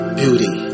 beauty